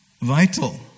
vital